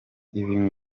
ibi